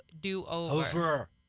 do-over